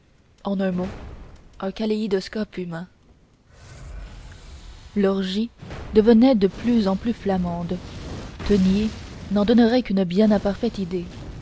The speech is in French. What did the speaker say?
en un mot un kaléidoscope humain l'orgie devenait de plus en plus flamande teniers n'en donnerait qu'une bien imparfaite idée